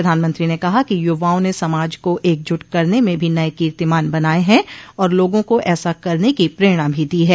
प्रधानमंत्री ने कहा कि युवाओं ने समाज को एकजुट करने में भी नए कीर्तिमान बनाए हैं और लोगों को ऐसा करने की प्रेरणा भी दी है